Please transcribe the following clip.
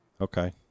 okay